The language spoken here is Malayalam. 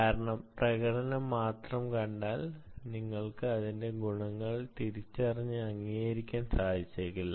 കാരണം പ്രകടനം മാത്രം കണ്ടാൽ നിങ്ങൾക്ക് അതിന്റെ ഗുണങ്ങൾ തിരിച്ചറിഞ്ഞ് അംഗീകരിക്കാൻ സാധിച്ചേക്കില്ല